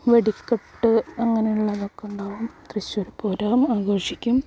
വെടിക്കെട്ട് അങ്ങനെയുള്ളതൊക്കെ ഉണ്ടാവും തൃശ്ശൂർപ്പൂരവും ആഘോഷിക്കും